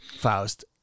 Faust